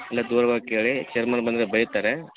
ಇಲ್ಲ ದೂರವಾಗಿ ಕೇಳಿ ಚೇರ್ಮ್ಯಾನ್ ಬಂದರೆ ಬೈತಾರೆ